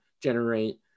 generate